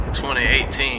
2018